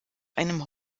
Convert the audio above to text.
einem